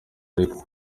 ariko